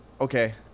okay